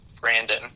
Brandon